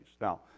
Now